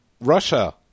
Russia